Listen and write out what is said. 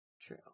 True